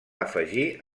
afegir